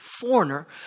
Foreigner